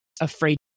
afraid